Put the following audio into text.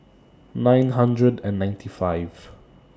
nine hundred and ninety five